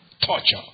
torture